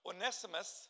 Onesimus